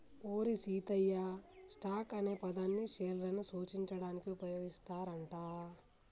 ఓరి సీతయ్య, స్టాక్ అనే పదాన్ని పేర్లను సూచించడానికి ఉపయోగిస్తారు అంట